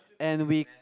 and the we